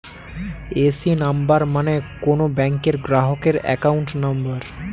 AC number মানে কোন ব্যাংকের গ্রাহকের অ্যাকাউন্ট নম্বর